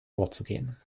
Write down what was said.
vorzugehen